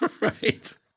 Right